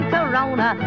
Corona